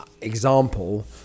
example